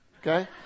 okay